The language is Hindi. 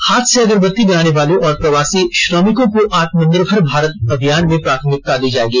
हाथ से अगरबत्ती बनाने वालों और प्रवासी श्रमिकों को आत्मानिर्भर भारत अभियान में प्राथमिकता दी जाएगी